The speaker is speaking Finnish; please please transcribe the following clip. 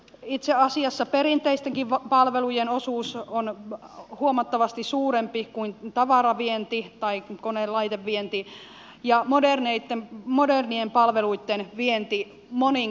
itse asiassa perinteistenkin palvelujen osuus on huomattavasti suurempi kuin tavaravienti tai kone ja laitevienti ja modernien palveluitten vienti monin moninkertainen